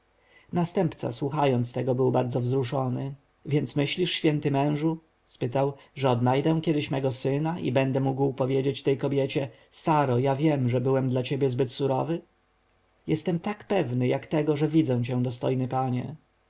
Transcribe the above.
następca słuchając tego był bardzo wzruszony więc myślisz święty mężu spytał że odnajdę kiedyś mego syna i będę mógł powiedzieć tej kobiecie saro ja wiem że byłem dla ciebie zbyt surowy jestem tak pewny jak tego że widzę cię dostojny panie